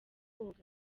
koga